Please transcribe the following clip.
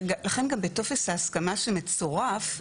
ולכן גם בטופס ההסכמה שמצורף.